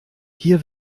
hier